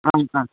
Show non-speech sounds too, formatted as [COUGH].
[UNINTELLIGIBLE]